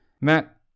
Matt